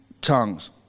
tongues